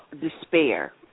despair